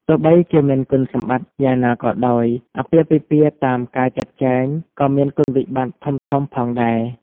ទោះបីជាមានគុណសម្បត្តិយ៉ាងណាក៏ដោយ អាពាហ៍ពិពាហ៍តាមការចាត់ចែងក៏មានគុណវិបត្តិធំៗផងដែរ។